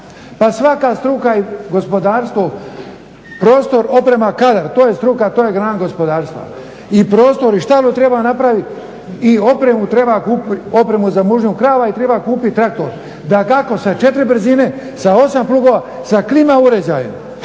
Pa svaka struka i gospodarstvo, prostor, oprema, kadar, to je struka, to je grana gospodarstva. I prostor i štalu treba napravit i opremu treba kupit, opremu za mužnju krava i treba kupit traktor, dakako sa 4 brzine, sa 8 plugova, sa klima uređajem